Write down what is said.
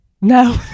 no